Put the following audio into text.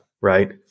right